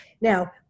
Now